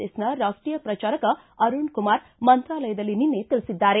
ಎಸ್ನ ರಾಷ್ಟೀಯ ಪ್ರಜಾರಕ ಅರುಣ್ ಕುಮಾರ್ ಮಂತಾಲಯದಲ್ಲಿ ನಿನ್ನೆ ತಿಳಿಸಿದ್ದಾರೆ